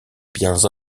biens